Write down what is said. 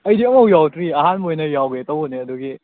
ꯑꯩꯁꯦ ꯑꯃꯨꯛꯐꯥꯎ ꯌꯥꯎꯗ꯭ꯔꯤ ꯑꯍꯥꯟꯕ ꯑꯣꯏꯅ ꯌꯥꯎꯒꯦ ꯇꯧꯕꯅꯦ ꯑꯗꯨꯒꯤ